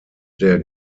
der